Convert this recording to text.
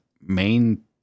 main